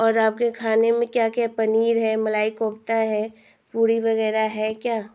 और आपके खाने में क्या क्या पनीर है मलाई कोफ़्ता है पूड़ी वग़ैरह है क्या